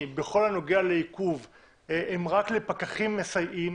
בכל הנוגע לעיכוב הם רק לפקחים מסייעים.